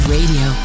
Radio